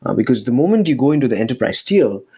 and because the moment you go into the enterprise deal,